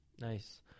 Nice